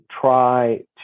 try